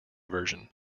version